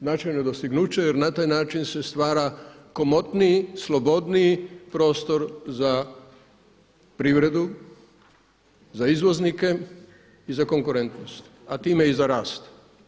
Značajno dostignuće jer na taj način se stvara komotniji, slobodniji prostor za privredu, za izvoznike i za konkurentnost a time i za rast.